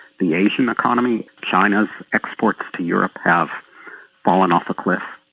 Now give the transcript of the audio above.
the asian economy china's exports to europe have fallen off a cliff,